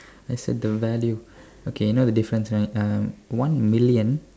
let's take the value okay you know the difference right uh one million